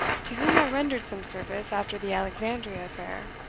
to whom i rendered some service after the alexandria affair.